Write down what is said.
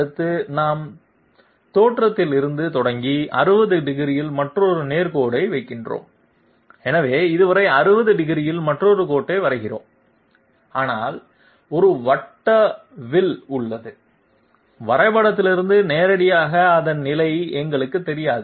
அடுத்து நாம் தோற்றத்திலிருந்து தொடங்கி 60 டிகிரியில் மற்றொரு நேர் கோடு வைத்திருக்கிறோம் எனவே இதுவரை 60 டிகிரியில் மற்றொரு கோட்டை வரைகிறோம் ஆனால் ஒரு வட்ட வில் உள்ளது வரைபடத்திலிருந்து நேரடியாக அதன் நிலை எங்களுக்குத் தெரியாது